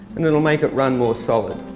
and it'll make it run more solid.